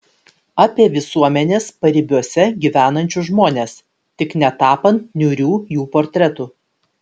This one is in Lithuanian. apie visuomenės paribiuose gyvenančius žmones tik netapant niūrių jų portretų